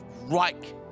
right